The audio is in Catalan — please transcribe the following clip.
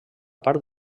part